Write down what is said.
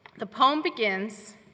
the poem begins,